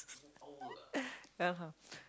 yeah